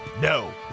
No